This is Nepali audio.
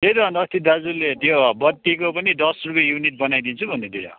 त्यही त अन्त अस्ति दाजुले त्यो बत्तीको पनि दस रुप्पे युनिट बनाइदिन्छु भन्दै थियो